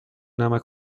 نمک